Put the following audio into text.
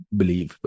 believe